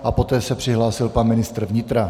A poté se přihlásil pan ministr vnitra.